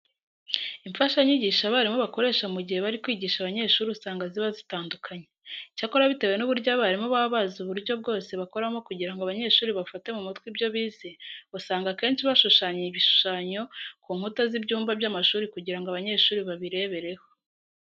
Imfashanyigisho abarimu bakoresha mu gihe bari kwigisha abanyeshuri usanga ziba zitandukanye. Icyakora bitewe n'uburyo abarimu baba bazi uburyo bwose bakoramo kugira ngo abanyeshuri bafate mu mutwe ibyo bize, usanga akenshi bashushanya ibishushanyo ku nkuta z'ibyumba by'amashuri kugira ngo abanyeshuri babirebereho.